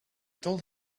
told